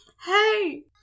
hey